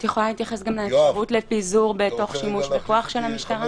את יכולה להתייחס לאפשרות של פיזור תוך שימוש בכוח של המשטרה?